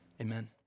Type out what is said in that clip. amen